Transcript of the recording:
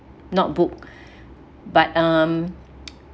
not book but um